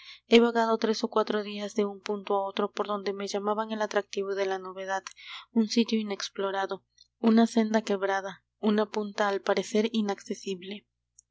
he vagado tres ó cuatro días de un punto á otro por donde me llamaban el atractivo de la novedad un sitio inexplorado una senda quebrada una punta al parecer inaccesible